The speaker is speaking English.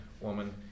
woman